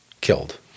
killed